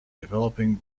developing